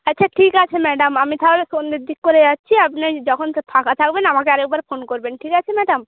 আচ্ছা ঠিক আছে ম্যাডাম আমি তাহলে সন্ধের দিক করে যাচ্ছি আপনি যখন ফাঁকা থাকবেন আমাকে আরেকবার ফোন করবেন ঠিক আছে ম্যাডাম